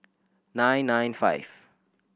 nine nine five